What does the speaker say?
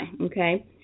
okay